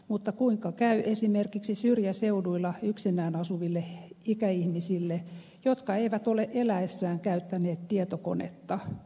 mutta kuinka käy esimerkiksi syrjäseuduilla yksinään asuville ikäihmisille jotka eivät ole eläessään käyttäneet tietokonetta